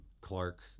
Clark